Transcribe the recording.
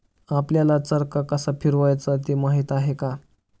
आपल्याला चरखा कसा फिरवायचा ते माहित आहे का?